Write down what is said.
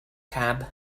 cab